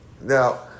now